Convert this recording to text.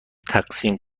تقسیم